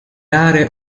aree